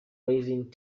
rising